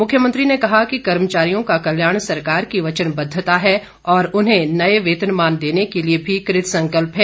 मुख्यमंत्री ने कहा कि कर्मचारियों का कल्याण सरकार की वचनबद्धता है और उन्हें नए वेतनमान देने के लिए भी कृतसंकल्प है